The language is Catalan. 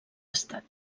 estat